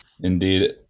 indeed